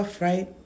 right